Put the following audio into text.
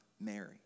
Mary